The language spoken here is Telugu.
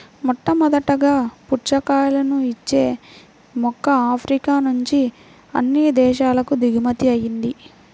మొట్టమొదటగా పుచ్చకాయలను ఇచ్చే మొక్క ఆఫ్రికా నుంచి అన్ని దేశాలకు దిగుమతి అయ్యింది